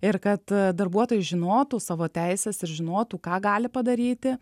ir kad darbuotojai žinotų savo teises ir žinotų ką gali padaryti